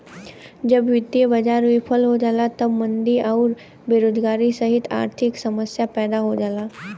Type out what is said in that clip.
जब वित्तीय बाजार विफल हो जाला तब मंदी आउर बेरोजगारी सहित आर्थिक समस्या पैदा हो जाला